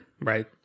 right